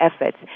efforts